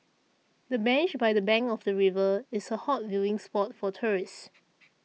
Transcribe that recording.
the bench by the bank of the river is a hot viewing spot for tourists